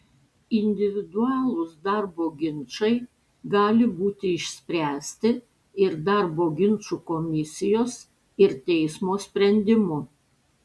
individualūs darbo ginčai gali būti išspręsti ir darbo ginčų komisijos ir teismo sprendimu